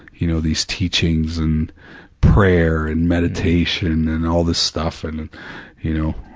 you know these teachings, and prayer, and meditation, and all this stuff, and you know.